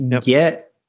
Get